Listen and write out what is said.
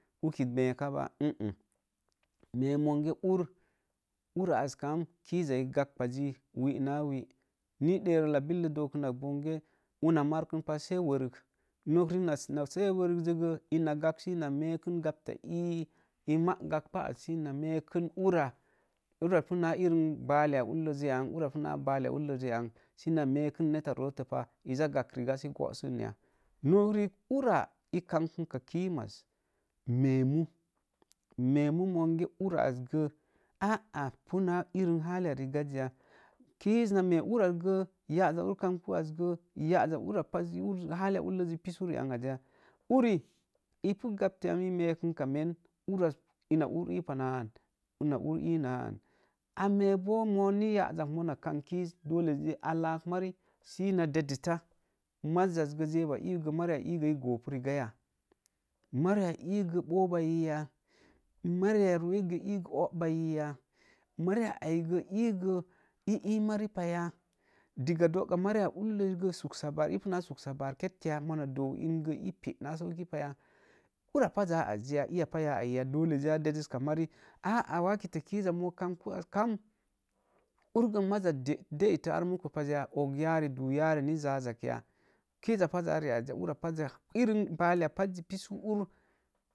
Uki meekapa mem monge ur ura as kam kiiza i gaɓɓazzi wi'na wi’. Ni ɗerowola billəs dooku nak bonge una marknpa sai wərk, nok riik na sai wərk gə ina gaɓs ina meekn gapta ii ma gaɓɓa ats ina meekn uras puna irin baalea ulləs ri'ang, uras puna baalea ulləs ri'ang s ina meeku neta roottəpa iza gaɓrigas go'sən ya? Nok riik uraa ii kamɓa kimas memu, memu monge ura ri'asgə, a'a puna irin hali rigas ya kiis ma na mee ura ya'zaz bo kamɓu as gə ya'za irin haliya pazzi pisu ri ang as ya uri ipu gaɓtə yam i meekaka men ura as ina ur iipan aa an ina ur iin a nan. Ameekboo moobo ni ya'zak mona kaam kiiz a laak mari s ina detəta mazza asgə zeuwa iwugə mari ulləi i ɓooki gooriga ya, mariya iigə ɓooɓaiyiya, o'baiyiya, mari aigə ii mariya paiyiya, diga do'gamari ulləi puna suksabar ketya mona last doo ingə ipé naa sauki paya ura paza azya, iya pa aaiya, a'a wa kitakizza moo kambu az kam ur gə maza deitə ar muka pasya og yaari duu yaari ni zaazagya waza kiiza paza azya irin baale pasza azya.